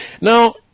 Now